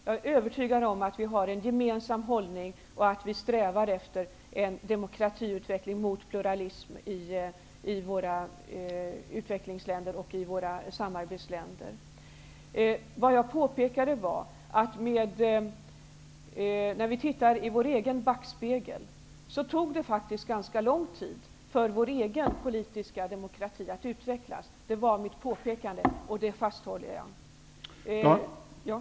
Jag är övertygad om att vi har en gemensam hållning och att vi strävar efter en demokratiutveckling mot pluralism i utvecklingsländerna och i våra samarbetsländer. Om vi ser i backspegeln kan vi se att det faktiskt tog ganska lång tid för vår egen politiska demokrati att utvecklas. Det påpekade jag tidigare, och det står jag fast vid.